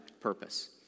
purpose